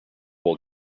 will